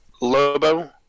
Lobo